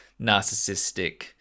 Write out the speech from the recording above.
narcissistic